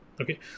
okay